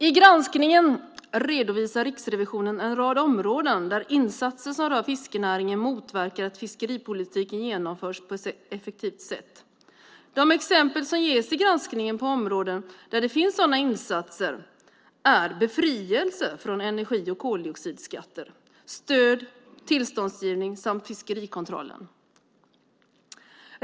I granskningen redovisar Riksrevisionen en rad områden där insatser som rör fiskenäringen motverkar att fiskeripolitiken genomförs på ett effektivt sätt. De exempel som ges i granskningen på områden med sådana insatser är befrielse från energi och koldioxidskatter, stöd, tillståndsgivning samt fiskerikontrollen.